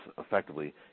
effectively